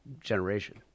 generation